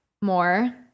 More